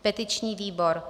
Petiční výbor: